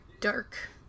dark